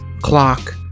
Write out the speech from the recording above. clock